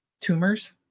tumors